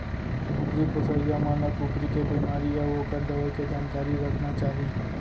कुकरी पोसइया मन ल कुकरी के बेमारी अउ ओकर दवई के जानकारी रखना चाही